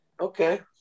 okay